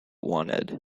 wanted